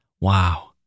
Wow